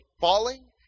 falling